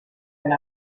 and